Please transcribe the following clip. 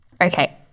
Okay